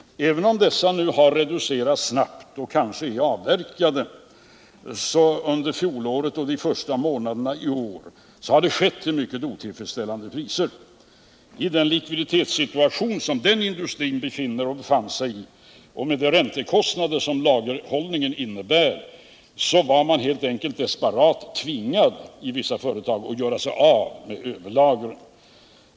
Även om dessa nu har reducerats snabbt och kanske är avverkade under fjolåret och de första månaderna i år, har det skett till mycket otillfredsställande priser. I den likviditetssituation som den industrin befann sig i och med de räntekostnader som lagerhållningen innebär var vissa företag helt enkelt desperat tvingade att göra sig av med överlagren.